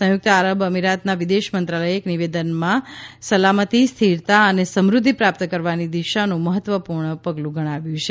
સંયુક્ત આરબ અમીરાતના વિદેશ મંત્રાલયે એક નિવેદનમાં આને સલામતી સ્થિરતા અને સમૃદ્ધિ પ્રાપ્ત કરવાની દિશાનું મહત્વપૂર્ણ પગલું ગણાવ્યું છે